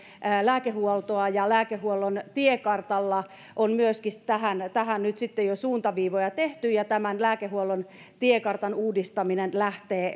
lääkehuoltoa ja myöskin lääkehuollon tiekartalla on tähän nyt jo suuntaviivoja tehty tämän lääkehuollon tiekartan uudistaminen lähtee